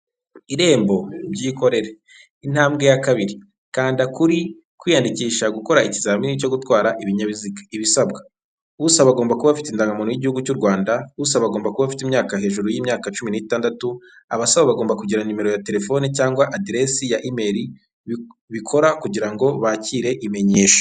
Irembo byikorere, intambwe ya kabiri. Kanda kuri kwiyandikisha gukora ikizamini cyo gutwara ibinyabiziga. Ibisabwa: usaba agomba kuba bafite indangamuntu y'igihugu cy'u Rwanda, usaba agomba kuba afite imyaka hejuru y'imyaka cumi n'itandatu, abasaba bagomba kugira nimero ya telefoni cyangwa aderesi ya imeri, bikora kugira ngo bakire imenyesha.